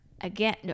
again